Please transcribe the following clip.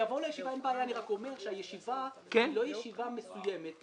אני רק אומר שהישיבה היא לא ישיבה מסוימת.